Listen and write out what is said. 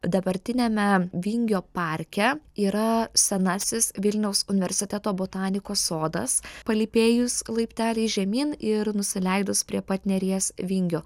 dabartiniame vingio parke yra senasis vilniaus universiteto botanikos sodas palypėjus laipteliais žemyn ir nusileidus prie pat neries vingio